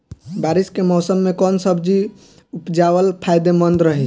बारिश के मौषम मे कौन सब्जी उपजावल फायदेमंद रही?